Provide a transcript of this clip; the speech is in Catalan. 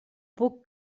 puc